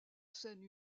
scène